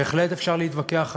בהחלט אפשר להתווכח עליהם,